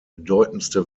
bedeutendste